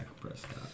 Prescott